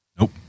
Nope